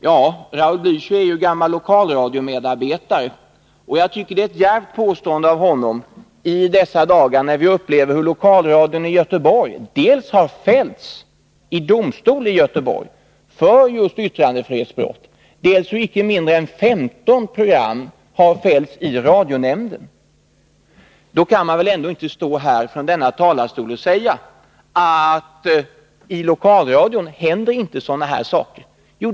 Ja, Raul Blächer är ju en gammal lokalradiomedarbetare, men jag tycker det är ett djärvt påstående av honom när vi i dessa dagar upplever hur lokalradion i Göteborg dels har fällts i domstol för just yttrandefrihetsbrott, dels har fällts i radionämnden för inte mindre än 15 program. Hur kan Raul Blächer då stå i denna talarstol och säga 93 att sådana här saker inte händer i lokalradion?